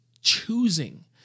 choosing